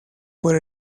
por